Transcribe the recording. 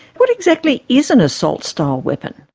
what exactly is an assault style weapon?